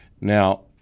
Now